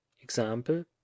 example